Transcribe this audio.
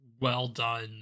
well-done